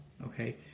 Okay